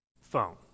phone